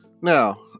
Now